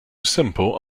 simple